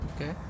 Okay